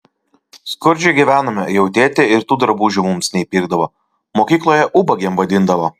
skurdžiai gyvenome jau tėtė ir tų drabužių mums neįpirkdavo mokykloje ubagėm vadindavo